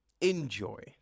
Enjoy